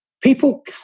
People